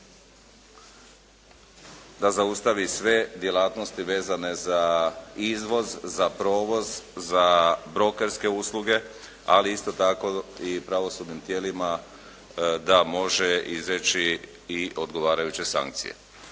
da zaustavi sve djelatnosti vezane za izvoz, za provoz, za brokerske usluge, ali isto tako i pravosudnim tijelima da može izreći i odgovarajuće sankcije.